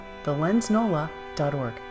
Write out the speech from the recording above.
thelensnola.org